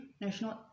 national